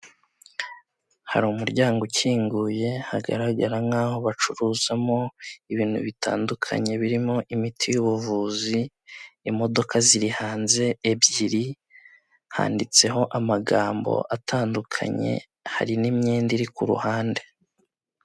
Hari umuryango ukinguye hagaragara nk'aho bacuruzamo ibintu bitandukanye birimo imiti y'ubuvuzi, imodoka ziri hanze ebyiri handitseho amagambo atandukanye hari n'imyenda iri ku ruhande.